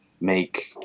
make